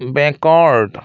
backward